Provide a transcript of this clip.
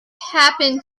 happened